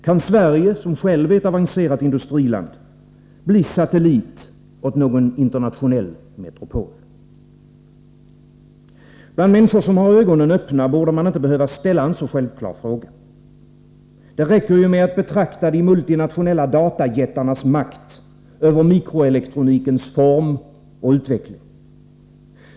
Kan Sverige, som självt är ett avancerat industriland, bli satellit åt någon internationell metropol? Bland människor som har ögonen öppna borde man inte behöva ställa en så självklar fråga. Det räcker ju med att betrakta de multinationella datajättarnas makt över mikroelektronikens form och utveckling.